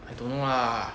I don't know lah